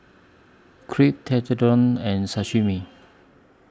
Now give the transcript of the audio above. Crepe Tekkadon and Sashimi